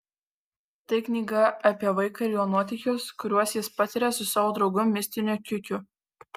tai knyga apie vaiką ir jo nuotykius kuriuos jis patiria su savo draugu mistiniu kiukiu